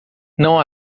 não